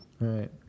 right